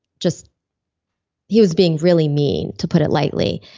just he was being really mean to put it lightly.